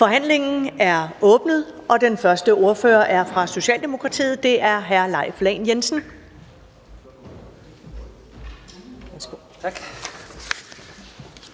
Forhandlingen er åbnet, og den første ordfører er fra Socialdemokratiet, og det er hr. Leif Lahn Jensen.